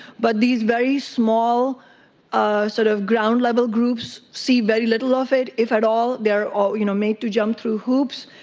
but these very small sort of ground-level groups see very little of it if at all, they are you know made to jump through hoops,